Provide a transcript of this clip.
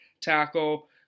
tackle